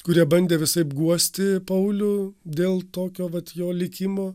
kurie bandė visaip guosti paulių dėl tokio vat jo likimo